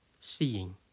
seeing